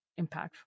impactful